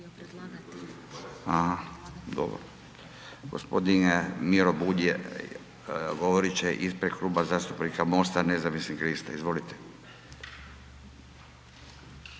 Gospodin Miro Bulj je, govorit će ispred Kluba zastupnika MOST-a nezavisnih lista. Izvolite.